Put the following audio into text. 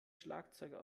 schlagzeuger